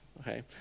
okay